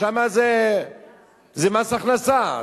שם זה מס הכנסה,